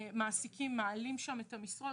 מעסיקים מעלים שם את המשרות.